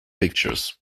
pictures